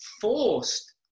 forced